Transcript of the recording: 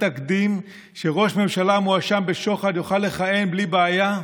תקדים שראש ממשלה מואשם בשוחד יוכל לכהן בלי בעיה?